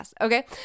okay